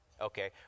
Okay